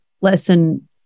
listen